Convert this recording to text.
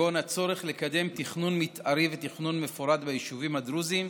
כגון הצורך לקדם תכנון מתארי ותכנון מפורט ביישובים הדרוזיים,